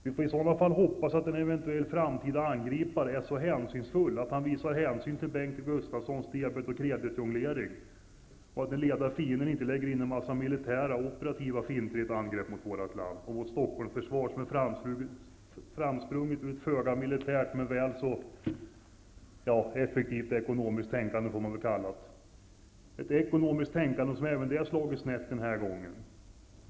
Vi får i sådana fall hoppas att en eventuell framtida angripare är så finkänslig att han tar hänsyn till Bengt Gustafssons debet och kreditjonglering, och att den lede fienden inte lägger in en massa militära och operativa finter i ett angrepp mot vårt land och Stockholmsförsvar, vilket är framsprunget ur ett föga militärt, men väl så effektivt ekonomiskt tänkande -- ett ekonomiskt tänkande som slagit snett även den här gången.